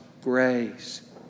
grace